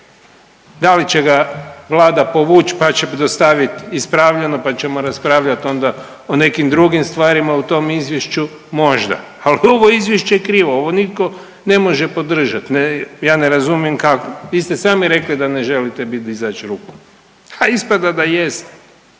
Da li će ga Vlada povući, pa će dostaviti ispravljeno, pa ćemo raspravljati onda o nekim drugim stvarima u tom izvješću možda, ali ovo izvješće je krivo, ovo nitko ne može podržati. Ja ne razumijem kako. Vi ste sami rekli da ne želite bit dizač ruku, a ispada da jeste.